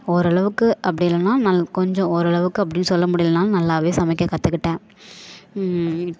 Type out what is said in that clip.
ஓரளவுக்கு அப்படி இல்லைன்னா நல் கொஞ்சம் ஓரளவுக்கு அப்படின்னு சொல்ல முடியலனாலும் நல்லாவே சமைக்க கற்றுக்கிட்டேன்